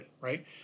right